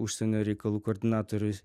užsienio reikalų koordinatoriui